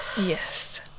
Yes